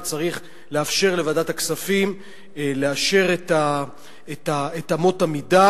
וצריך לאפשר לוועדת הכספים לאשר את אמות המידה